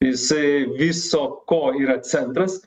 jisai viso ko yra centras